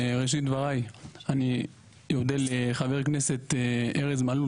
בראשית דבריי אני אודה לחבר הכנסת ארז מלול